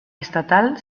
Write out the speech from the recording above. estatal